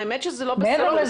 האמת שזה לא בסדר.